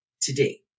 today